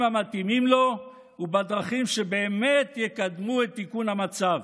המתאימים לו ובדרכים שבאמת יקדמו את תיקון המצב.